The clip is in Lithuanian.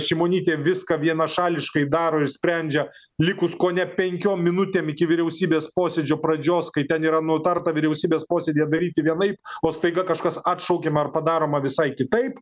šimonytė viską vienašališkai daro ir sprendžia likus kone penkiom minutėm iki vyriausybės posėdžio pradžios kai ten yra nutarta vyriausybės posėdyje daryti vienaip o staiga kažkas atšaukiama ar padaroma visai kitaip